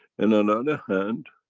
and on other hand,